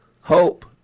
hope